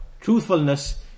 truthfulness